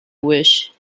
wish